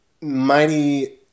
mighty